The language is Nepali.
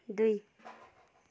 दुई